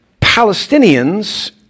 Palestinians